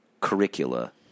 curricula